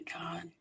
God